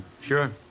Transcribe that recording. Sure